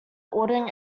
ordering